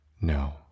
No